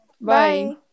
Bye